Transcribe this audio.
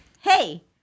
hey